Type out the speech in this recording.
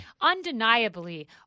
Undeniably